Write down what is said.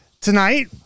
Tonight